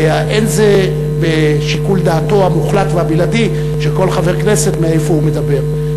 זה לא לשיקול דעתו המוחלט והבלעדי של כל חבר כנסת מאיפה הוא מדבר.